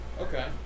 Okay